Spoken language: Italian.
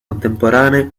contemporanei